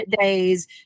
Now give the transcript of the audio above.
days